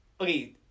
Okay